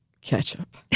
Ketchup